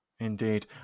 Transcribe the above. indeed